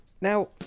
Now